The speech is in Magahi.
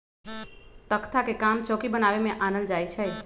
तकख्ता के काम चौकि बनाबे में आनल जाइ छइ